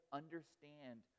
understand